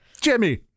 jimmy